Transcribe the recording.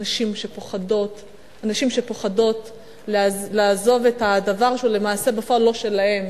הנשים שפוחדות לעזוב את הדבר שהוא למעשה בפועל לא שלהן,